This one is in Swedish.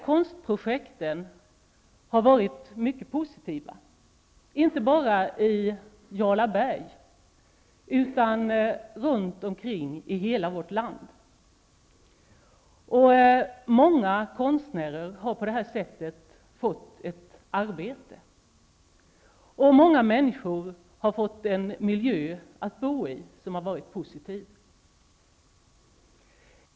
Konstprojekten har visat sig mycket positiva, inte bara i Jarlaberg, utan runt om i vårt land. Många konstnärer har på det här sättet fått ett arbete, och många människor har fått en miljö att bo i som varit positiv.